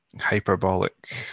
hyperbolic